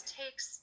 takes